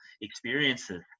experiences